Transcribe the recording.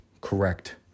Correct